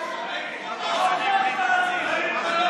לא מתבייש?